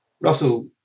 Russell